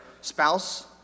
spouse